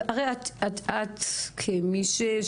שעל אף הפעילות הנרחבת שהוצגה כאן,